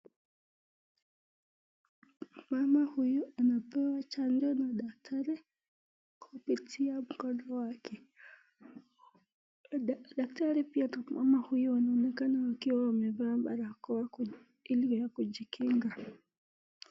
Mama huyu anapewa chanjo na daktari, kupitia mkono wake. Daktari pia na mama huyo wanaonekana wamevaa barakao ili ya kujikinga.